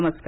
नमस्कार